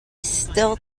still